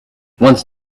once